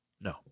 No